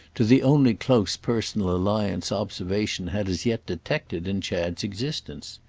to the only close personal alliance observation had as yet detected in chad's existence.